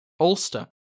Ulster